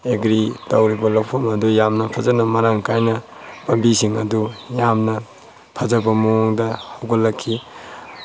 agri ꯇꯧꯔꯤꯕ ꯂꯧꯐꯝ ꯑꯗꯨ ꯌꯥꯝꯅ ꯐꯖꯅ ꯃꯔꯥꯡ ꯀꯥꯏꯅ ꯄꯥꯝꯕꯤꯁꯤꯡ ꯑꯗꯨ ꯌꯥꯝꯅ ꯐꯖꯕ ꯃꯑꯣꯡꯗ ꯍꯧꯒꯠꯂꯛꯈꯤ